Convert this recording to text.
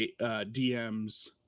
DMs